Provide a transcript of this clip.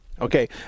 Okay